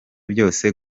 byose